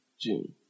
June